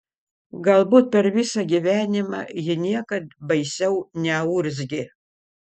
galbūt per visą gyvenimą ji niekad baisiau neurzgė